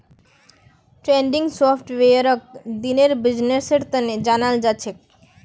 trending सॉफ्टवेयरक दिनेर बिजनेसेर तने जनाल जाछेक